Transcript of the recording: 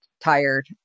tired